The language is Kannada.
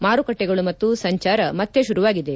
ಮಾರುಕಟ್ಟೆಗಳು ಮತ್ತು ಸಂಚಾರ ಮತ್ತೆ ಶುರುವಾಗಿದೆ